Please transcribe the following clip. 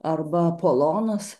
arba apolonas